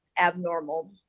abnormal